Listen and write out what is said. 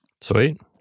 Sweet